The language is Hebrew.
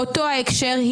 באותו ההקשר,